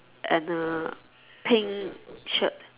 and a pink shirt